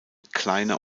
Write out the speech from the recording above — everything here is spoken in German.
kleiner